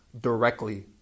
directly